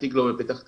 התיק לא בפתח תקווה,